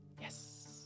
Yes